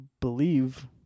believe